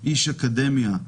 איש אקדמיה,